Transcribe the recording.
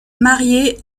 marié